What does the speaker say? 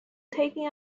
taking